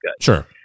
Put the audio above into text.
Sure